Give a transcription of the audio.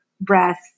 breath